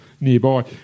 nearby